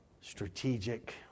strategic